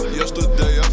yesterday